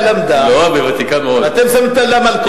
היא למדה, ואתם שמתם לה מלכודת.